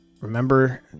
remember